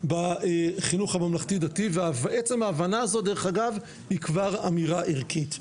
בחינוך הממלכתי דתי ועצם ההבנה הזאת דרך אגב היא כבר אמירה ערכית,